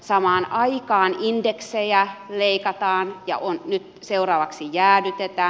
samaan aikaan indeksejä leikataan ja nyt seuraavaksi jäädytetään